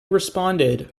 responded